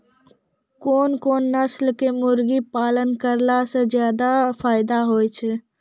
कोन कोन नस्ल के मुर्गी पालन करला से ज्यादा फायदा होय छै?